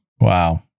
Wow